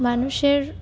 মানুষের